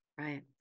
Right